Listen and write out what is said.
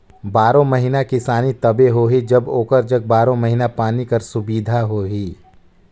बारो महिना किसानी तबे होही जब ओकर जग बारो महिना पानी कर सुबिधा होही